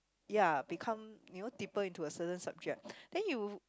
ya become you know deeper into a certain subject then you